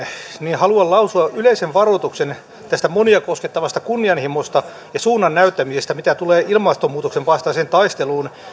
niin haluan lausua yleisen varoituksen tästä monia koskettavasta kunnianhimosta ja suunnan näyttämisestä mitä tulee ilmastonmuutoksen vastaiseen taisteluun